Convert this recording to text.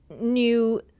new